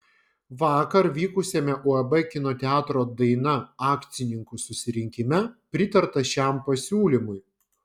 vakar vykusiame uab kino teatro daina akcininkų susirinkime pritarta šiam pasiūlymui